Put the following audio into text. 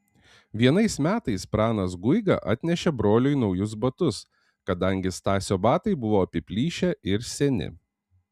vienais metais pranas guiga atnešė broliui naujus batus kadangi stasio batai buvo apiplyšę ir seni